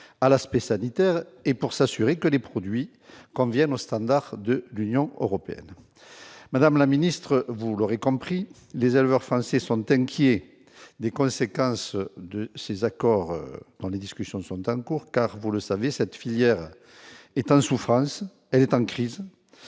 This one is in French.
à l'aspect sanitaire et pour s'assurer que les produits conviennent aux standards de l'Union européenne ». Madame la ministre, vous l'aurez compris, les éleveurs français sont inquiets des conséquences de ces accords dont les discussions sont en cours, car, vous le savez, cette filière est en souffrance, en crise.